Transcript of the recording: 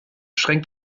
schränkt